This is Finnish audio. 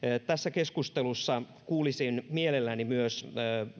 tässä keskustelussa kuulisin mielelläni myös